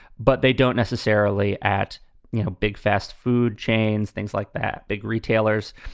but they don't necessarily at you know big fast food chains, things like that. big retailers.